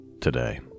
today